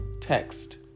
text